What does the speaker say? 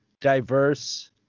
diverse